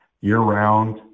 year-round